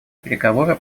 переговоры